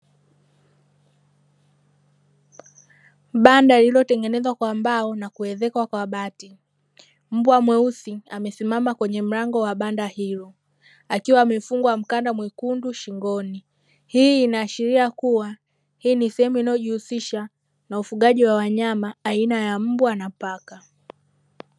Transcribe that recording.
Banda lililotengenezwa kwa mbao na kuezekwa kwa bati. Mbwa mweusi amesimama kwenye mlango wa banda hilo; akiwa amefungwa mkanda mwekundu shingoni. Hii inaashiria kuwa, hii ni sehemu inayojihusisha na ufugaji wa wanyama aina ya mbwa na paka.